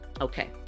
Okay